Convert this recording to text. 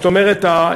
זאת אומרת,